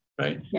right